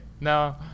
No